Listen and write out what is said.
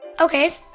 Okay